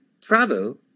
travel